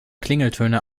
klingeltöne